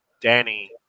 Danny